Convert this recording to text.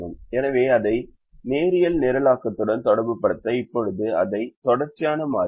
எனவே அதை நேரியல் நிரலாக்கத்துடன் தொடர்புபடுத்த இப்போது அதை தொடர்ச்சியான மாறிக்கு மாற்றுவோம்